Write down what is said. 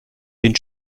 den